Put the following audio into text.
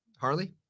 Harley